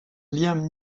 liam